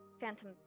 Phantom